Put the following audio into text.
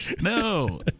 no